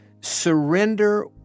Surrender